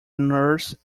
nurse